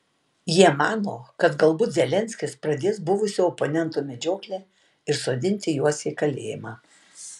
jie mano kad galbūt zelenskis pradės buvusių oponentų medžioklę ir sodinti juos į kalėjimą